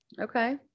Okay